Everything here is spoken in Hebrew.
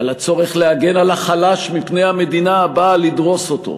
על הצורך להגן על החלש מפני המדינה הבאה לדרוס אותו.